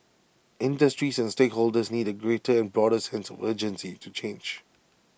industries and stakeholders need A greater and broader sense of urgency to change